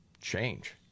change